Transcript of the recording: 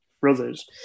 brothers